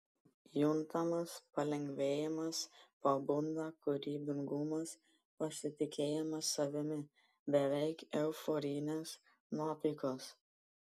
juntamas palengvėjimas pabunda kūrybingumas pasitikėjimas savimi beveik euforinės nuotaikos